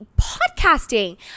podcasting